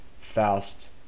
Faust